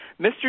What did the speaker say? mr